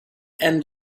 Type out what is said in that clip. end